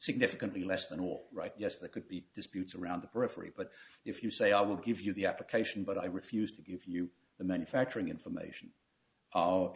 significantly less than all right yes that could be disputes around the periphery but if you say i will give you the application but i refused to give you the manufacturing information